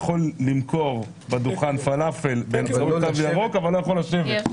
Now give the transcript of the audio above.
למכור בדוכן פלאפל באמצעות תו ירוק אב לא יכולים לשבת.